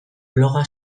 bloga